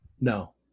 no